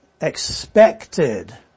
expected